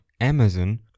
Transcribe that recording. Amazon